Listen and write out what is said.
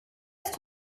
ist